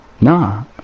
no